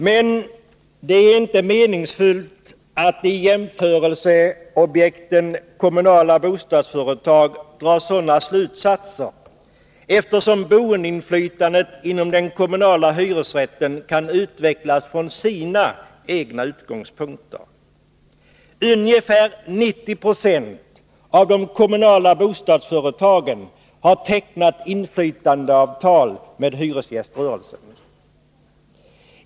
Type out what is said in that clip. Men det är inte meningsfullt att genom att ta jämförelseobjektet kommunala bostadsföretag dra sådana slutsatser, eftersom boendeinflytandet inom den kommunala hyresrättens ram kan utvecklas från sina egna utgångspunkter. Ungefär 90 20 av de kommunala bostadsföretagen har tecknat inflytandeavtal med hyresgäströrelsen.